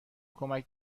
کمک